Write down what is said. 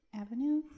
Avenue